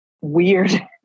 weird